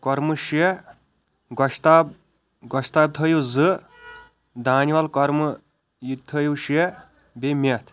کۄرمہٕ شےٚ گوشتاب گوشتاب تھٲیِو زٕ دانِول کۄرمہٕ یہِ تہِ تھٲیِو شےٚ بیٚیہِ مٮ۪تھ